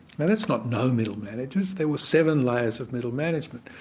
now that's not no middle managers, there were seven layers of middle management.